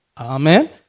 Amen